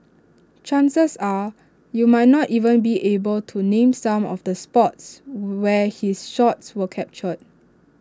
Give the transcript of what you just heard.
chances are you might not even be able to name some of the spots where his shots were captured